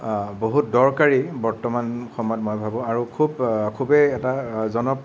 বহুত দৰকাৰী বৰ্তমান সময়ত মই ভাবো আৰু খুব খুবেই এটা জন